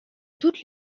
toutes